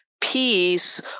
peace